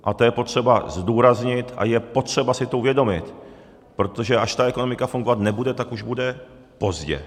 A to je potřeba zdůraznit a je potřeba si to uvědomit, protože až ta ekonomika fungovat nebude, tak už bude pozdě.